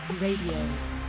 Radio